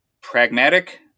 pragmatic